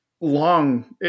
long